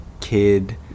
kid